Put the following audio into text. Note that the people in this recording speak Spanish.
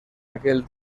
aquel